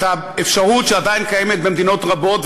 את האפשרות שעדיין קיימת במדינות רבות,